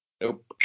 Nope